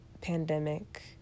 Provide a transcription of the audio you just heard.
pandemic